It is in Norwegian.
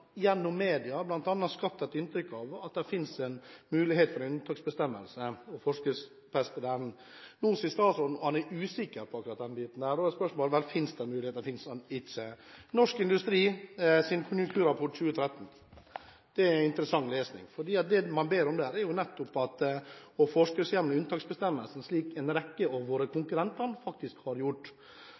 gjennom media skapt et inntrykk av at det finnes en mulighet for å forskriftsfeste en unntaksbestemmelse. Nå sier statsråden at han er usikker på akkurat den biten, og da er spørsmålet: Finnes det en mulighet eller finnes den ikke? Norsk Industris konjunkturrapport for 2013 er interessant lesning. Det man ber om der, er nettopp å forskriftshjemle unntaksbestemmelsen, slik en rekke av våre konkurrentland faktisk har gjort.